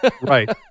Right